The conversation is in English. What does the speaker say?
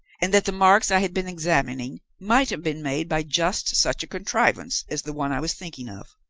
and that the marks i had been examining might have been made by just such a contrivance as the one i was thinking of.